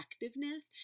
effectiveness